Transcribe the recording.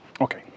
Okay